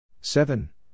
Seven